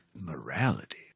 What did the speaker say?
Morality